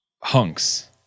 Hunks